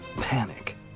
panic